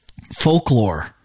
folklore